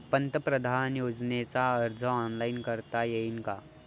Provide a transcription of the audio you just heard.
पंतप्रधान योजनेचा अर्ज ऑनलाईन करता येईन का?